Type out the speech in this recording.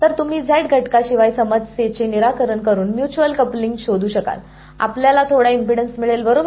तर तुम्ही B घटकाशिवाय समस्येचे निराकरण करून म्युच्युअल कपलिंग शोधू शकाल आपल्याला थोडा इम्पेडन्स मिळेल बरोबर